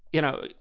you know,